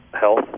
health